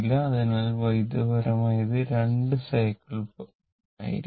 അതിനാൽ വൈദ്യുതപരമായി ഇത് 2 സൈക്കിൾ ആയിരിക്കും